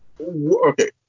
okay